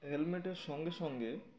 হেলমেটের সঙ্গে সঙ্গে